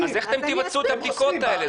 אז איך אתם תבצעו את הבדיקות האלה?